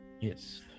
yes